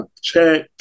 check